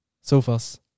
sofas